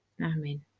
Amen